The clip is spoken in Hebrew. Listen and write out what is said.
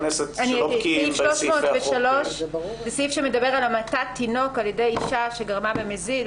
סעיף 303 מדבר על המתת תינוק על ידי אישה שגרמה במזיד,